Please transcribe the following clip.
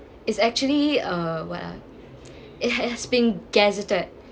is actually uh what ah it has been gazetted